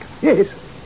Yes